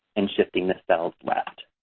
and shifting the cells left.